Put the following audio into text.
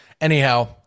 Anyhow